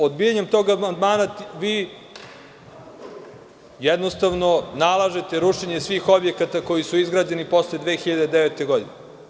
Odbijanjem tog amandmana nalažete rušenje svih objekata koji su izgrađeni posle 2009. godine.